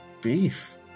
beef